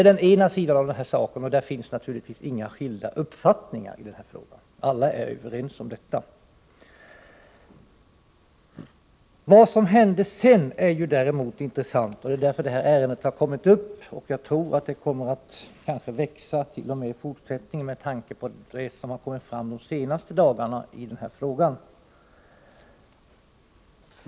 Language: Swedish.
På den sidan av saken finns naturligtvis inga skilda uppfattningar, utan alla är överens om detta. Vad som hänt sedan är däremot intressant. Det är därför ärendet har kommit upp, och jag tror att det kommer att växa i framtiden, med tanke på vad som har kommit fram de senaste dagarna i denna fråga.